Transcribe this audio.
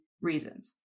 reasons